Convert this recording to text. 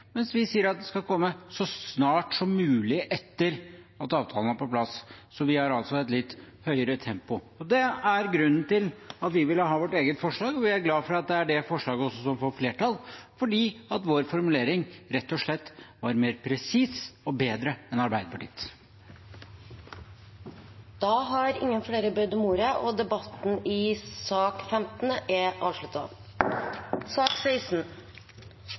mens vi sier at den skal komme så snart som mulig etter at avtalen er på plass. Vi har altså et litt høyere tempo. Det er grunnen til at vi ville ha vårt eget forslag. Vi er glad for at det er det forslaget som får flertall, fordi vår formulering rett og slett var mer presis og bedre enn Arbeiderpartiets. Flere har ikke bedt om ordet til sak nr. 15. Etter ønske fra energi- og miljøkomiteen vil presidenten ordne debatten